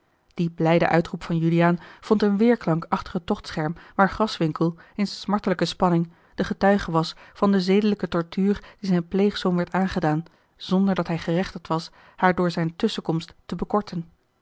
die blijde uitroep van juliaan vond een weêrklank achter het tochtscherm waar graswinckel in smartelijke spanning de getuige was van de zedelijke tortuur die zijn pleegzoon werd aangedaan zonder dat hij gerechtigd was haar door zijne tusschenkomst te bekorten